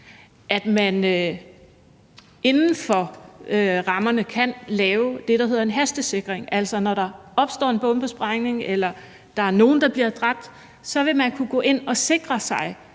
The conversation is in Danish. at man inden for rammerne kan lave det, der hedder en hastesikring, altså at man, når der opstår en bombesprængning eller der er nogen, der bliver dræbt, vil kunne gå ind og sikre sig